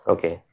Okay